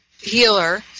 healer